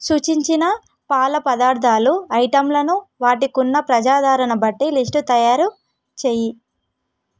సుచించిన పాల పదార్ధాలు ఐటమ్లను వాటికున్న ప్రజాదరణ బట్టి లిస్ట్ తయారు చెయ్యి